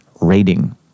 rating